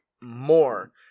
more